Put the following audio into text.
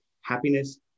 happiness